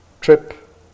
trip